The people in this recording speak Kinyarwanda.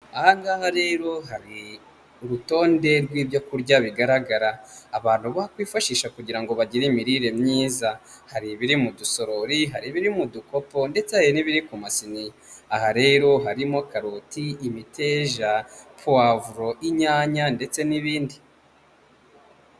Aha ngaha rero hari urutonde rw'ibyo kurya bigaragara, abantu bakwifashisha kugira ngo bagire imirire myiza, hari ibiri mu dusorori, hari ibiri mu dukopo ndetse hari n'ibiri ku masiniya, aha rero harimo karoti, imiteja, pavuro, inyanya ndetse n'ibindi.